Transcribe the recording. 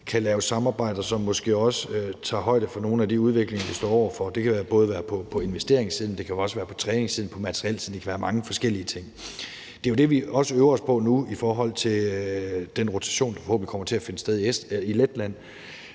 kan lave samarbejder, som måske også tager højde for nogle af de udviklinger, vi står over for. Det kan være på investeringssiden, men det kan også være på træningssiden eller på materielsiden; det kan være mange forskellige ting. Det er jo det, vi også øver os på nu i forhold til den rotation med potentielt andre nordiske lande,